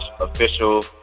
official